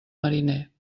mariner